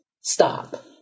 Stop